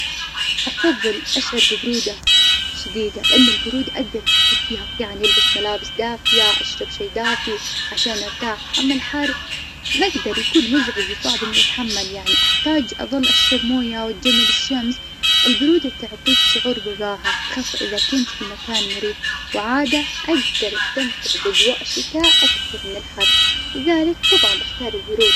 أفظل أشعر ببرودة شديدة لأن البرودة أقدر أتحكم فيها يعني ألبس ملابس دافية أشرب شي دافي عشان أرتاح. أما الحار ما أقدر، يكون مزعج وصعب إني أتحمل يعني أحتاج أظل أشرب مويه وأتجنب الشمس. البرودة تعطيك شعور بالراحة خاصة إذا كنت في مكان مريح وعادة أقدر استمتع بأجواء الشتاء أكثر من الحر، لذلك طبعا بختار البرودة.